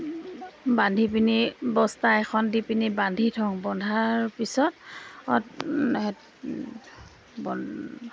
বান্ধি পিনি বস্তা এখন দি পিনি বান্ধি থওঁ বন্ধাৰ পিছত বন